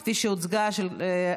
אוקיי,